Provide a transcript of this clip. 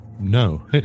No